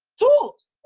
tools.